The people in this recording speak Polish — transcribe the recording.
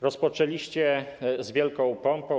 Rozpoczęliście z wielką pompą.